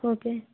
okay